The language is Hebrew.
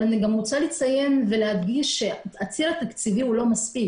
אני רוצה לציין ולהדגיש שהציר התקציבי הוא לא מספיק.